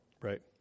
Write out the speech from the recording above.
Right